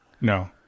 no